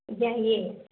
ꯌꯥꯏꯌꯦ